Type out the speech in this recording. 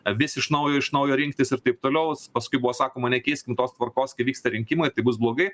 vis iš naujo iš naujo rinktis ir taip toliau paskui buvo sakoma nekeiskim tos tvarkos kai vyksta rinkimai tai bus blogai